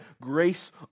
grace